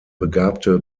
begabte